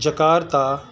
Jakarta